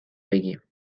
بگیم